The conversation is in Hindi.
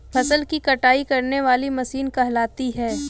फसल की कटाई करने वाली मशीन कहलाती है?